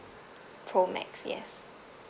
pro max yes